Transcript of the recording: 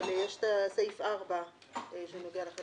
אבל יש את סעיף 4 שנוגע לחלק